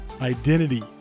identity